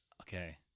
Okay